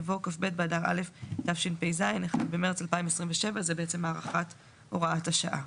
יבוא כ"ב באדר א' התשפ"ז (1 במרץ 2027)". זה בעצם הארכת הוראת השעה.